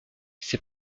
ses